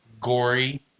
gory